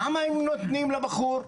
כמה הם נותנים לבחור?